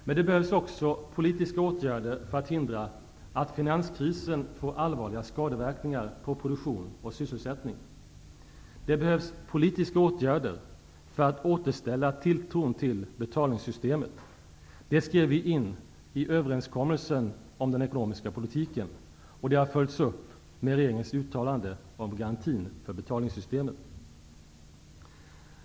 Men det behövs också politiska åtgärder för att hindra att finanskrisen får allvarliga skadeverkningar på produktion och sysselsättning. Det behövs politiska åtgärder för att återställa tilltron till betalningssystemet. Det skrev vi in i överenskommelsen om den ekonomiska politiken. Och det har följts upp med regeringens uttalande om garantin för betalningssystemet.